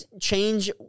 change